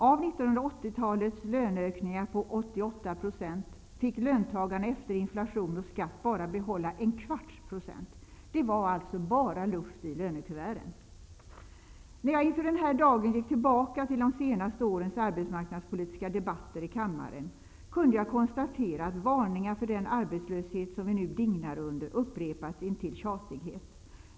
Av 1980-talets löneökningar på 88 % fick löntagarna efter inflation och skatt bara behålla 1/4 %. Det var alltså bara luft i lönekuverten. När jag inför den här dagen gick tillbaka till de senaste årens arbetsmarknadspolitiska debatter i kammaren, kunde jag konstatera att varningar för den arbetslöshet som vi nu dignar under upprepats intill tjatighet.